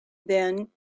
then